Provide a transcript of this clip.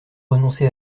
renoncer